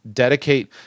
Dedicate